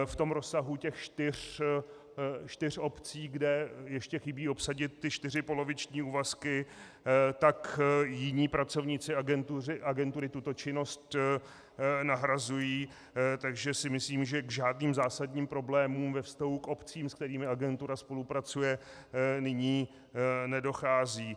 V rozsahu čtyř obcí, kde ještě chybí obsadit čtyři poloviční úvazky, tak jiní pracovníci agentury tuto činnost nahrazují, takže si myslím, že k žádným zásadním problémům ve vztahu k obcím, se kterými agentura spolupracuje, nyní nedochází.